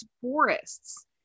forests